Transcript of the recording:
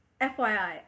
FYI